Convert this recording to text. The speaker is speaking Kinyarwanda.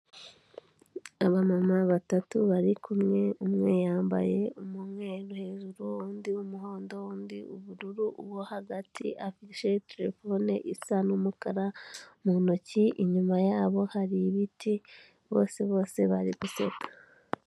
Abamama batatu bari kumwe, umwe yambaye umweru hejuru, undi umuhondo, undi ubururu, uwo hagati afite terefone isa n'umukara mu ntoki, inyuma yabo hari ibiti, bose bose bari guseka.